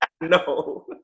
no